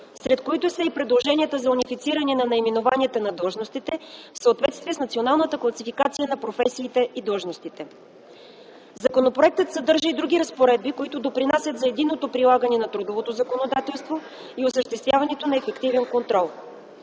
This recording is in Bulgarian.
сред които са и предложенията за унифициране на наименованията на длъжността в съответствие с Националната класификация на професиите и длъжностите. Законопроектът съдържа и други разпоредби, които допринасят за единното прилагане на трудовото законодателство и осъществяването на ефективен контрол.